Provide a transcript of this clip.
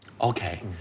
Okay